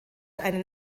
einen